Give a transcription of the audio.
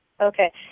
Okay